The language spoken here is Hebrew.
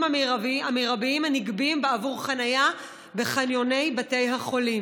המרביים הנגבים בעבור חניה בחניוני בתי החולים,